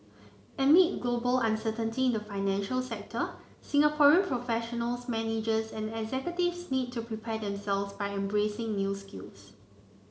amid global uncertainty in the financial sector Singaporean professionals managers and executives need to prepare themselves by embracing new skills